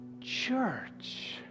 church